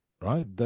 Right